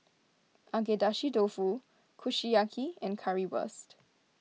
Agedashi Dofu Kushiyaki and Currywurst